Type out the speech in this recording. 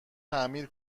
تعمیر